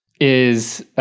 is